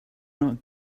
not